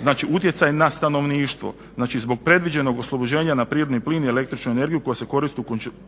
Znači utjecaj na stanovništvo, znači zbog predviđenog oslobođenja na prirodni plin i električnu energiju koja se koristi u kućanstvima